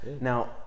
now